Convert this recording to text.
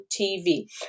tv